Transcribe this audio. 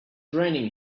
raining